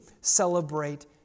celebrate